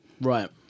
Right